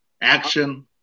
action